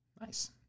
Nice